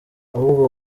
ahubwo